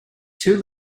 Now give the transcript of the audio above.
two